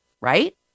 right